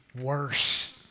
worse